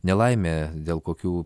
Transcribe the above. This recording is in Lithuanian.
nelaimė dėl kokių